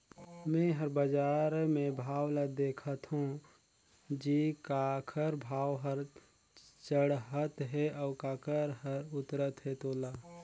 मे हर बाजार मे भाव ल देखथों जी काखर भाव हर चड़हत हे अउ काखर हर उतरत हे तोला